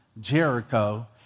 Jericho